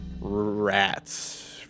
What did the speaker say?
rats